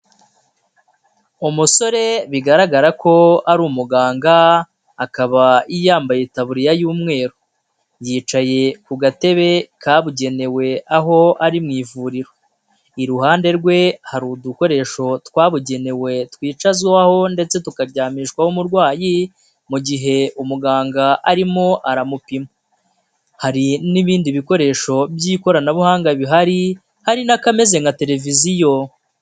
Umusore bigaragara ko ari umuganga akaba yambaye itabuririya y'umweru, yicaye ku gatebe kabugenewe aho ari mu ivuriro. Iruhande rwe hari udukoresho twabugenewe twicazwaho ndetse tukaryamishwaho umurwayi mu gihe umuganga arimo aramupima. Hari n'ibindi bikoresho by'ikoranabuhanga bihari, hari n'akameze nka televiziyo.